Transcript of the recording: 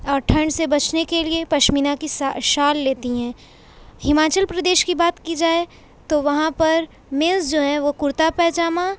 اور ٹھنڈ سے بچنے کے لیے پشمینہ کی سا شال لیتی ہیں ہماچل پردیش کی بات کی جائے تو وہاں پر مینس جو ہیں وہ کرتا پاجامہ